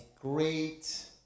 great